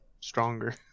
stronger